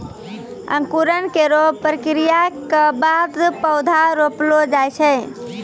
अंकुरन केरो प्रक्रिया क बाद पौधा रोपलो जाय छै